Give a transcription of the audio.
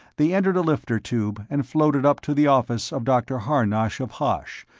they entered a lifter tube and floated up to the office of dr. harnosh of hosh,